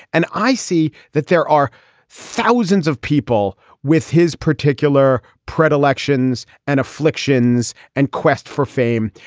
and i see that there are thousands of people with his particular predilections and afflictions and quest for fame.